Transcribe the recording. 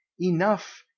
enough